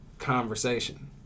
conversation